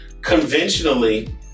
Conventionally